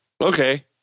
Okay